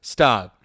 Stop